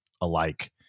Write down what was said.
alike